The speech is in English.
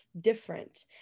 different